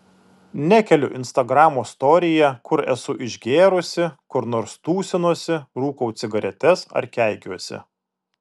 nekeliu instagramo storyje kur esu išgėrusi kur nors tūsinuosi rūkau cigaretes ar keikiuosi